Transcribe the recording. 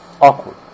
awkward